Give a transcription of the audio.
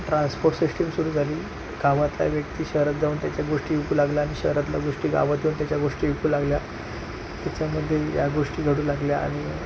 transport system सुरु झाली गावातला व्याक्ती शहरात जाऊन त्याचा गोष्टी विकू लागला आणि शहरातला गोष्टी गावात येऊन त्याचा गोष्टी विकू लागला त्याच्यामध्ये ह्या गोष्टी घडू लागल्या आणि